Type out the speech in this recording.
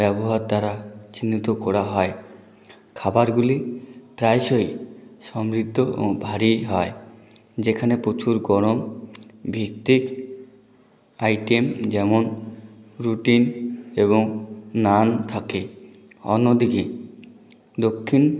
ব্যবহার তারা চিহ্নিত করা হয় খাবারগুলি প্রায়শই সমৃদ্ধ এবং ভারী হয় যেখানে প্রচুর গরম ভিত্তিক আইটেম যেমন রুটি এবং নান থাকে অন্য দিকে দক্ষিণ